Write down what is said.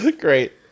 Great